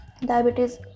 diabetes